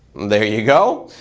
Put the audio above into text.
there you go.